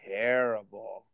terrible